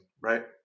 right